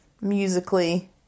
Musically